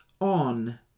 on